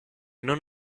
non